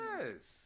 Yes